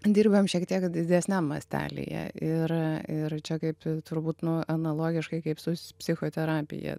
dirbam šiek tiek didesniam mastelyje ir ir čia kaip turbūt nu analogiškai kaip su s psichoterapija